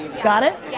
got it?